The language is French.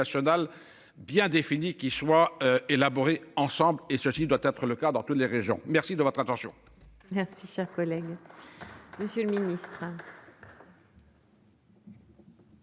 bien définie qui soit élaboré ensemble et ceci doit être le cas dans toutes les régions. Merci de votre attention. Merci cher collègue. Monsieur le Ministre.